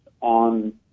on